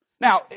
Now